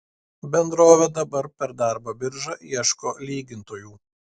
bendrovė dabar per darbo biržą ieško lygintojų